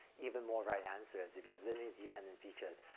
even more right answer is if you have linearly dependent features,